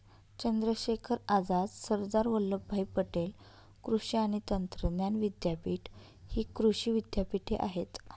चंद्रशेखर आझाद, सरदार वल्लभभाई पटेल कृषी आणि तंत्रज्ञान विद्यापीठ हि कृषी विद्यापीठे आहेत